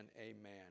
amen